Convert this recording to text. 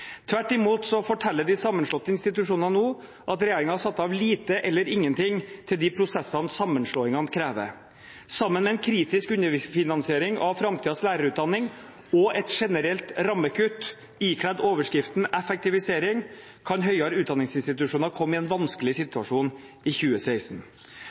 Tvert imot forteller de sammenslåtte institusjonene nå at regjeringen har satt av lite eller ingenting til de prosessene sammenslåingene krever. Sammen med en kritisk underfinansiering av framtidens lærerutdanning og et generelt rammekutt ikledd overskriften effektivisering kan høyere utdanningsinstitusjoner komme i en vanskelig situasjon i 2016.